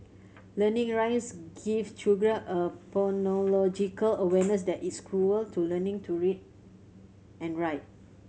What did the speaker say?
learning rise give children a phonological awareness that is cruel to learning to read and write